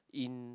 in